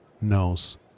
knows